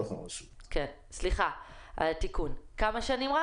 כמה שנים?